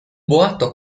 boato